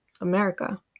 America